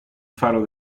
faro